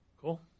Cool